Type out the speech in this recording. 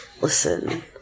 listen